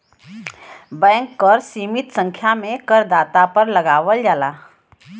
bank कर सीमित संख्या में करदाता पर लगावल जाला